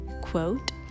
Quote